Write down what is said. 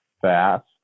fast